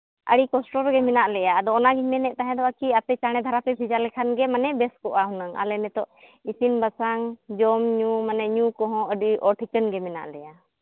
ᱟᱹᱰᱤ ᱠᱚᱥᱴᱚ ᱨᱮᱜᱮ ᱢᱮᱱᱟᱜ ᱞᱮᱭᱟ ᱟᱫᱚ ᱚᱱᱟᱜᱤᱧ ᱢᱮᱱᱮᱫ ᱛᱟᱦᱮᱸ ᱫᱚᱜ ᱠᱤ ᱟᱯᱮ ᱪᱟᱬᱮ ᱫᱷᱟᱨᱟ ᱯᱮ ᱵᱷᱮᱡᱟ ᱞᱮᱠᱷᱟᱱ ᱜᱮ ᱢᱟᱱᱮ ᱵᱮᱥ ᱠᱚᱜᱼᱟ ᱦᱩᱱᱟᱹᱝ ᱟᱞᱮ ᱱᱤᱛᱳᱜ ᱤᱥᱤᱱ ᱵᱟᱥᱟᱝ ᱡᱚᱢᱼᱧᱩ ᱢᱟᱱᱮ ᱧᱩ ᱠᱚᱦᱚᱸ ᱟᱹᱰᱤ ᱚᱼᱴᱷᱤᱠᱟᱹᱱ ᱜᱮ ᱢᱮᱱᱟᱜ ᱞᱮᱭᱟ